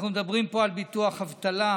אנחנו מדברים פה על ביטוח אבטלה,